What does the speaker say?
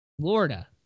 Florida